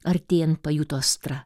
artėjant pajuto astra